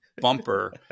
bumper